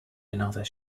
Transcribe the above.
another